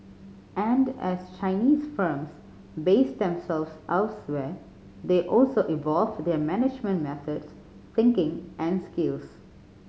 and as Chinese firms base themselves elsewhere they also evolve their management methods thinking and skills